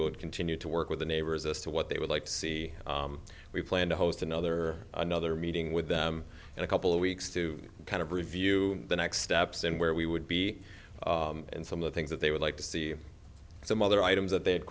will continue to work with the neighbors as to what they would like to see we plan to host another another meeting with them in a couple of weeks to kind of review the next steps in where we would be in some of the things that they would like to see some other items that they